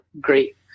great